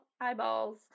eyeballs